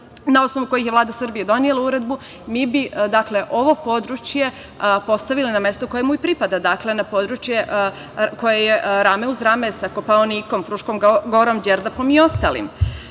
na osnovu kojih je Vlada Srbije donela uredbu, mi bi ovo područje postavile na mesto koje mu i pripada, dakle na područje koje rame uz rame sa Kopaonikom, Fruškom Gorom, Đerdapom i ostalim. Ono